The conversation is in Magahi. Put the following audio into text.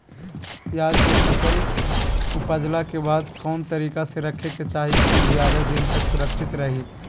प्याज के फसल ऊपजला के बाद कौन तरीका से रखे के चाही की ज्यादा दिन तक सुरक्षित रहय?